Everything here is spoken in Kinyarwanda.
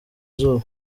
izuba